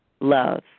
love